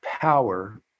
power